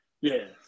Yes